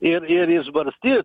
ir ir išbarstyt